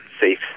safe